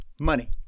Money